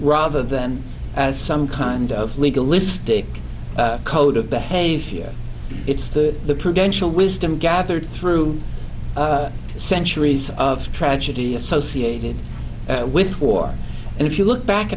rather than as some kind of legal list dick code of behavior it's the the prudential wisdom gathered through centuries of tragedy associated with war and if you look back